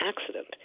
accident